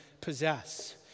possess